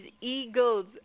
eagles